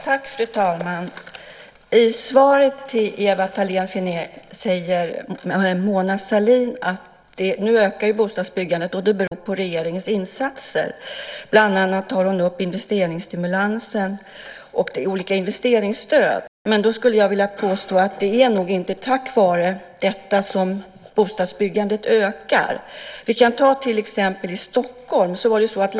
Fru talman! I svaret till Ewa Thalén Finné säger Mona Sahlin att bostadsbyggandet nu ökar och att det beror på regeringens insatser. Bland annat tar hon upp investeringsstimulanser och olika investeringsstöd. Jag skulle vilja påstå att det nog inte är tack vare detta som bostadsbyggandet ökar. Vi kan Stockholm som exempel.